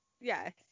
Yes